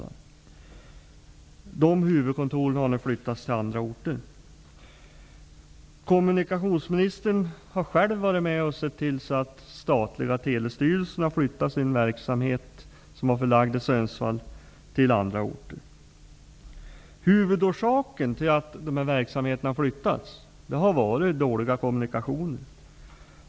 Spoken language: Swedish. De huvudkontoren har nu flyttats till andra orter. Kommunikationsministern har själv varit med och sett till så att statliga Telestyrelsen har flyttat sin verksamhet, som var förlagd till Sundsvall, till andra orter. Huvudorsaken till att verksamheterna har flyttats har varit dåliga kommunikationer.